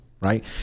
right